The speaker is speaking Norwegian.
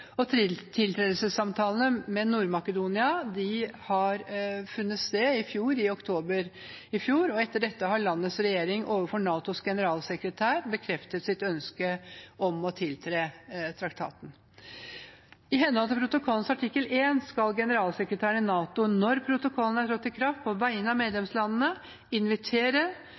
sted i oktober i fjor. Etter dette har landets regjering overfor NATOs generalsekretær bekreftet sitt ønske om å tiltre traktaten. I henhold til protokollens artikkel I skal generalsekretæren i NATO, når protokollen er trådt i kraft, på vegne av medlemslandene